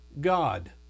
God